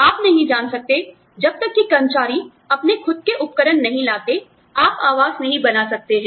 आप नहीं जान सकते जब तक कि कर्मचारी अपने खुद के उपकरण नहीं लाते आप आवास बना सकते हैं